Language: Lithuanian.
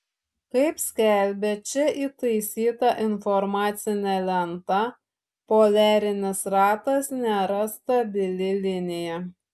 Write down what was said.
kaip skelbia čia įtaisyta informacinė lenta poliarinis ratas nėra stabili linija